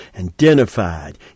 identified